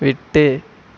விட்டு